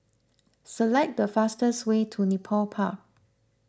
select the fastest way to Nepal Park